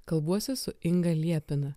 kalbuosi su inga liepina